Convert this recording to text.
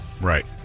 right